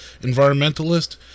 environmentalist